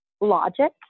logic